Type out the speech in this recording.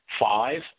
five